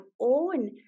own